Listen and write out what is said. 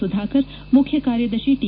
ಸುಧಾಕರ್ ಮುಖ್ಯಕಾರ್ಯದರ್ಶಿ ಟಿ